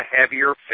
heavier